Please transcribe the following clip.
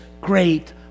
great